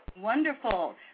Wonderful